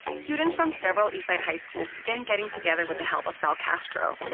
students from several eastside high schools began getting together with the help of sal castro.